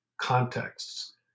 contexts